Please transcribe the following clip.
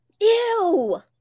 Ew